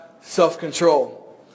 self-control